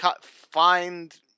find